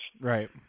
Right